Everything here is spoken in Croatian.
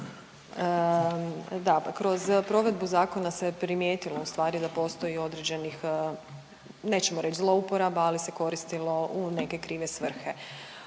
Da, kroz provedbu zakona se primijetilo ustvari da postoji određenih nećemo reći zlouporaba ali se koristilo u neke krive svrhe.